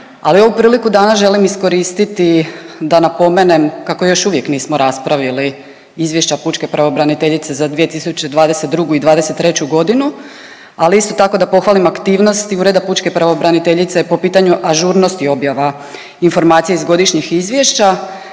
ali ovu priliku danas želim iskoristiti da napomenem kako još uvijek nismo raspravili izvješća Pučke pravobraniteljice za 2022. i 2023. godinu ali isto tako da pohvalim aktivnosti Ureda pučke pravobraniteljice po pitanju ažurnosti objava informacije iz godišnjih izvješća